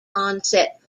onset